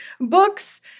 books